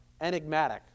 enigmatic